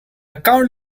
account